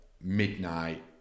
midnight